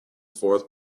fourth